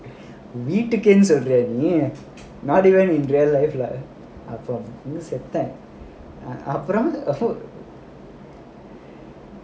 வீட்டுக்குனு சொல்றியா நீ:veetukkunu solriyaa nee not even in real life ah நீ செத்த அப்புறம்:nee setha appuram